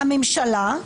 "הממשלה,